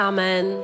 Amen